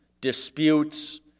disputes